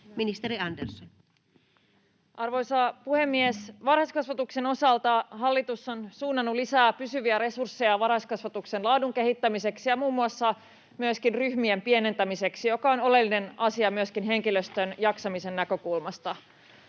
Content: Arvoisa puhemies! Varhaiskasvatuksen osalta hallitus on suunnannut lisää pysyviä resursseja varhaiskasvatuksen laadun kehittämiseksi ja muun muassa ryhmien pienentämiseksi, joka on oleellinen asia myöskin henkilöstön jaksamisen näkökulmasta.